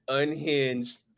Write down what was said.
unhinged